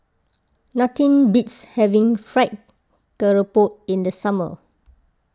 nothing beats having Fried Garoupa in the summer